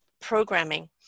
programming